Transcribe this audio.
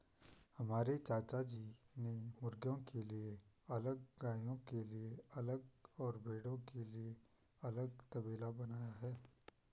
हमारे चाचाजी ने मुर्गियों के लिए अलग गायों के लिए अलग और भेड़ों के लिए अलग तबेला बनाया है